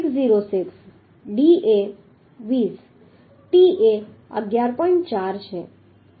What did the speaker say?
606 d એ 20 t એ 11